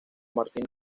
martín